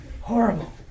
horrible